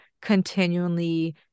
continually